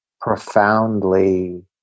profoundly